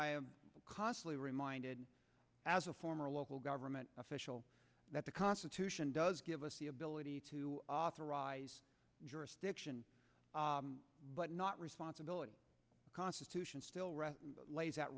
i am constantly reminded as a former local government official that the constitution does give us the ability to authorize jurisdiction but not responsibility constitution still